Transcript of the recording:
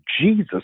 Jesus